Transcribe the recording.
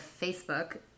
Facebook